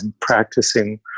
practicing